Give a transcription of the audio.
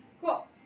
Cool